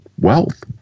wealth